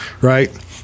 right